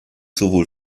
sowohl